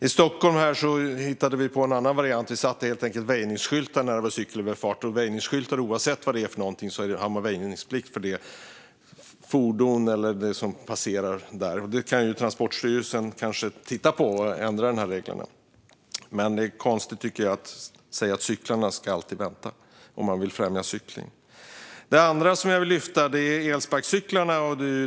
I Stockholm hittade vi på en annan variant. Vi satte helt enkelt väjningsskyltar vid cykelöverfarter. Oavsett vad det handlar om har man väjningsplikt för de fordon eller de personer som passerar där det sitter en väjningsskylt. Transportstyrelsen kanske kan titta på detta och ändra reglerna. Om man vill främja cykling tycker jag att det är konstigt att säga att cyklarna alltid ska vänta. Jag vill också ta upp elsparkcyklarna.